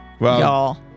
y'all